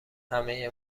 همه